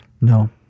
No